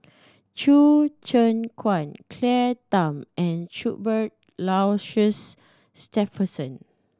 Choo Keng Kwang Claire Tham and Cuthbert Aloysius Shepherdson